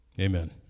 amen